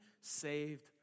saved